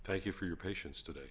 thank you for your patience today